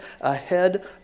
ahead